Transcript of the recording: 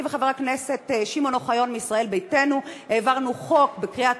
אני וחבר הכנסת שמעון אוחיון מישראל ביתנו העברנו חוק בקריאה